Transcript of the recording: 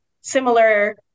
similar